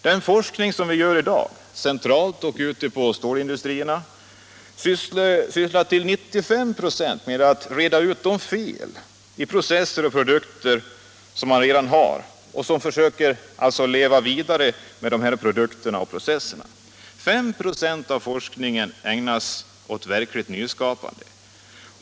Den forskning vi har i dag, centralt och ute på stålindustrierna, sysslar till 95 ?6 med att reda ut felen i de processer och produkter som redan finns och att lösa problemen hur man skall kunna leva vidare med dessa produkter och processer. 5 6 ägnas åt verkligt nyskapande.